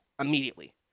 Immediately